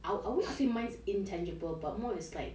I would always say mine is intangible but mine is like